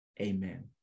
Amen